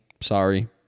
sorry